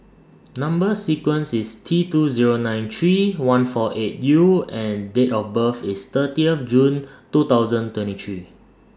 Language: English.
Number sequence IS T two Zero nine three one four eight U and Date of birth IS thirtieth June two thousand twenty three